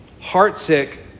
Heartsick